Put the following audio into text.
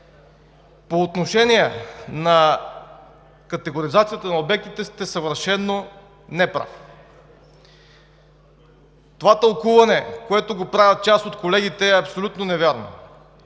По отношение категоризацията на обектите сте съвършено неправ. Това тълкуване, което правят част от колегите, е абсолютно невярно.